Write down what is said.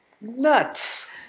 nuts